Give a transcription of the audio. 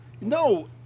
No